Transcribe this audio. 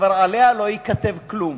שעליה כבר לא ייכתב כלום.